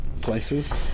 places